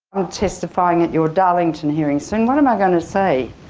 i'm testifying at your darlington hearing soon. what am i gonna say?